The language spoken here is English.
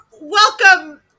welcome